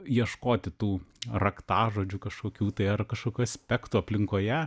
ieškoti tų raktažodžių kažkokių tai ar kažkokių aspektų aplinkoje